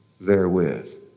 therewith